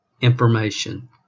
information